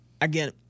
again